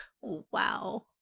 Wow